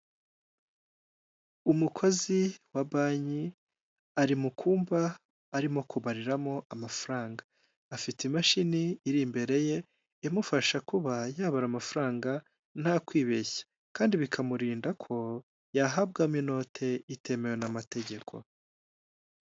Umukozi wa banki ari mu kumba, arimo kubariramo amafaranga, afite imashini iri imbere ye imufasha kuba yabara amafaranga nta kwibeshya, kandi bikamurinda ko yahabwamo inote itemewe n'amategeko.